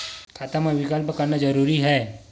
खाता मा विकल्प करना जरूरी है?